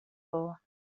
for